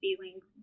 feelings